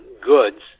goods